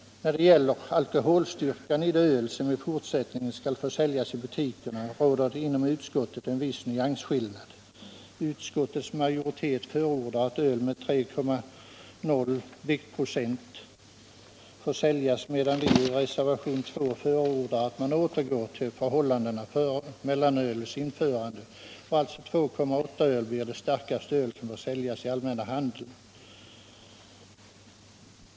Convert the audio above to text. När det gäller alkoholstyrkan i det öl som i fortsättningen skall få säljas i butikerna råder det inom utskottet en viss nyansskillnad. Utskottets majoritet förordar att ett öl med 3,0 viktprocent får säljas, medan vi i reservation 2 förordar att man återgår till förhållandena före mellanölets införande, så att öl med 2,8 viktprocent blir det starkaste öl som får säljas i den allmänna handeln.